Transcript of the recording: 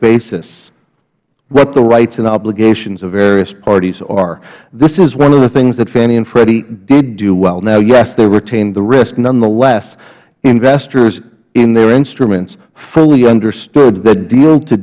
basis what the rights and obligations of various parties are this is one of the things that fannie and freddie did do well now yes they retained the risk nonetheless investors in their instruments fully understood that deal to